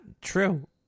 true